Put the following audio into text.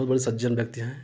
बहुत बड़े सज्जन व्यक्ति हैं